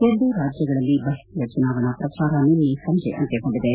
ಎರಡೂ ರಾಜ್ಯಗಳಲ್ಲಿ ಬಹಿರಂಗ ಚುನಾವಣಾ ಪ್ರಚಾರ ನಿನ್ನೆ ಸಂಜೆ ಅಂತ್ಯಗೊಂಡಿದೆ